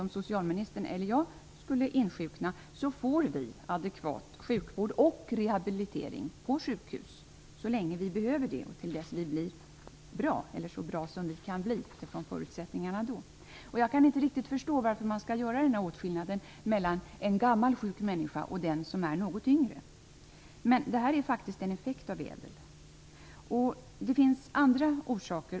Om socialministern eller jag däremot skulle insjukna får vi adekvat sjukvård och rehabilitering på sjukhus så länge som vi behöver det och till dess att vi blir så bra som vi kan bli. Jag kan inte riktigt förstå varför man skall göra åtskillnad mellan en gammal och sjuk människa och den som är något yngre. Men detta är faktiskt en effekt av ÄDEL-reformen. Det finns även andra orsaker.